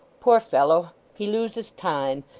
poor fellow, he loses time,